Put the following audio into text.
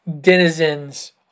denizens